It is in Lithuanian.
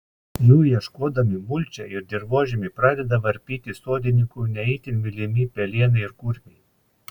jų ieškodami mulčią ir dirvožemį pradeda varpyti sodininkų ne itin mylimi pelėnai ir kurmiai